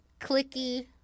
clicky